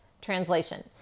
translation